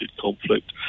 conflict